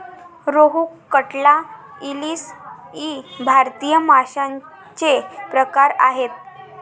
रोहू, कटला, इलीस इ भारतीय माशांचे प्रकार आहेत